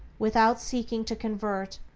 without seeking to convert,